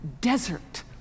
desert